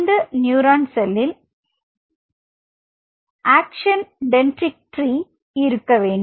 அந்த நியூரான் செல்லில் axon dendritic tree இருக்க வேண்டும்